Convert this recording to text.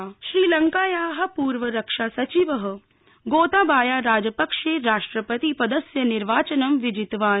श्रीलंकाः श्रीलंकायाः पूर्वरक्षा सचिवः गोताबाया राजपक्षे राष्ट्रपतिपदस्य निर्वाचनं विजितवान्